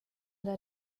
der